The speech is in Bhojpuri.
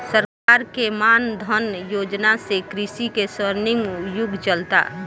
सरकार के मान धन योजना से कृषि के स्वर्णिम युग चलता